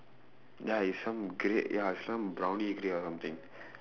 ya it's some grey ya some brownish grey or something